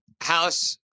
House